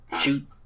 shoot